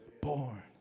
born